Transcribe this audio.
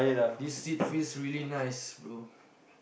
this seat feels really nice bro